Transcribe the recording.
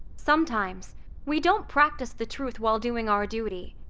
sometimes we don't practice the truth while doing our duty.